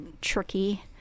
tricky